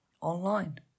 online